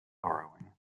borrowing